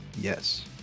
yes